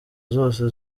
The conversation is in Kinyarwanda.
zose